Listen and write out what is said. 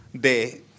de